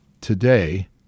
today